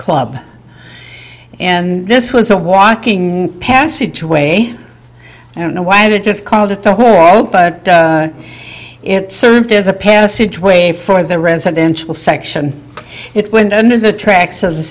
club and this was a walking passageway i don't know why i had just called it the whole lot but it served as a passageway for the residential section it went under the tracks of